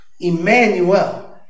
Emmanuel